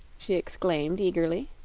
she exclaimed, eagerly.